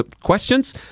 questions